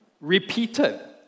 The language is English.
repeated